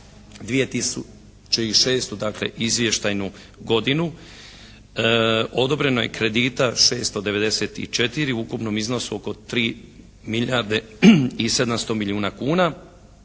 godinu odobreno je kredita 694 u ukupnom iznosu oko 3 milijarde i 700 milijuna kuna.